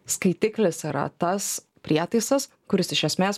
skaitiklis yra tas prietaisas kuris iš esmės